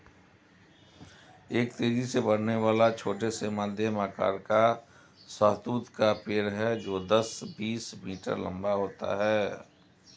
एक तेजी से बढ़ने वाला, छोटा से मध्यम आकार का शहतूत का पेड़ है जो दस, बीस मीटर लंबा होता है